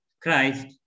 Christ